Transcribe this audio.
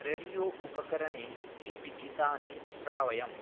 radio उपकरणे hit गीतानि श्रावयम